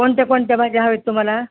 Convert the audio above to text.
कोणत्या कोणत्या भाज्या हवेत तुम्हाला